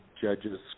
judges